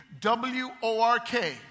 W-O-R-K